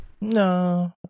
no